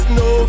no